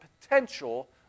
potential